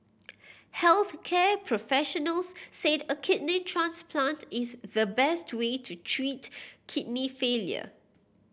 health care professionals said a kidney transplant is the best way to treat kidney failure